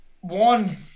one